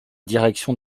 direction